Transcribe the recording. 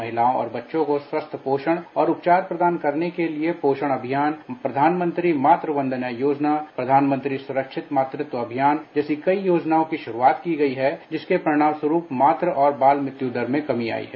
महिलाओं और बच्चों को स्वस्थ पोषण उपचार प्रदान करने के लिए ये पोषण अभियान प्रधानमंत्री वंदना योजना प्रधानमंत्री सुरक्षित मातृत्व अभियान जैसी कई योजनाओं की शुरूआत की गई है जिसके परिणामस्वरूप मातू और बाल मृत्यु दर में कमी आई है